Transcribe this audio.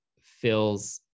fills